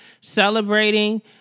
celebrating